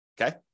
okay